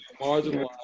marginalized